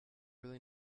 really